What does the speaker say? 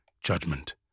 judgment